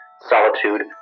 solitude